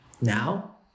Now